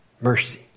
mercy